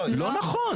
לא נכון.